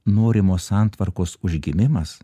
norimos santvarkos užgimimas